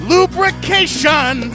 Lubrication